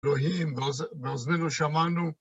אלוהים, באוזנינו שמענו.